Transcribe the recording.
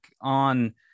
on